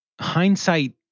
hindsight